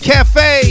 Cafe